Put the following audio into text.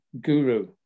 guru